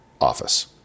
office